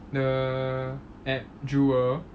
the at jewel